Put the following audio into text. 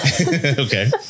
Okay